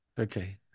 Okay